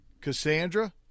Cassandra